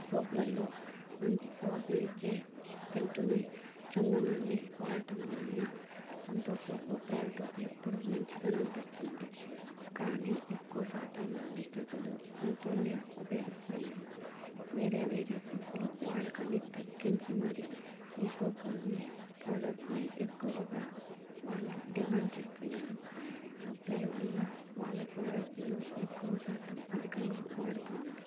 సోపులలో మంచి సువాసననిచ్చే సెంటుని చందనాన్ని వాడటం వలన సంతూర్ సబ్బు ప్రోడక్ట్ ఎప్పుడు మంచిగానే అనిపిస్తుంది కానీ ఎక్కువ శాతం మంది ప్రజలు సంతూర్నే ఉపయోగిస్తున్నారు వేరే వేరే సబ్బుల వాడకాన్ని తగ్గించి మరి ఈ సబ్బులని ప్రోడక్ట్ని ఎక్కువగా వాళ్ళు డిమాండ్ చేస్తున్నారు సప్లై వల్ల వాళ్ళ ప్రోడక్ట్ను ఎక్కువ శాతం అధికంగా వాడుతున్నారు